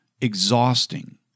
exhausting